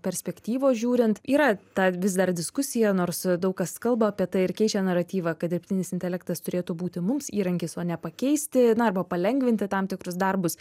perspektyvos žiūrint yra ta vis dar diskusija nors daug kas kalba apie tai ir keičia naratyvą kad dirbtinis intelektas turėtų būti mums įrankis o ne pakeisti na arba palengvinti tam tikrus darbus